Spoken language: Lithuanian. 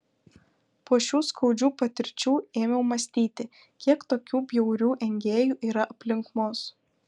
po šių skaudžių patirčių ėmiau mąstyti kiek tokių bjaurių engėjų yra aplink mus